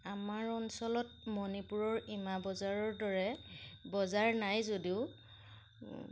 আমাৰ অঞ্চলত মণিপুৰৰ ইমা বজাৰৰ দৰে বজাৰ নাই যদিও